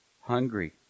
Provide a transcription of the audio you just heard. hungry